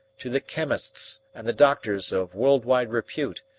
to the chemists and the doctors of world-wide repute,